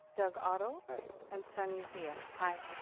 doug otto? aye. and sunny zia? aye.